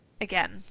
again